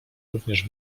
również